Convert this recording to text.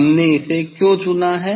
हमने इसे क्यों चुना है